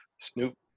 snoop